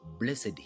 Blessed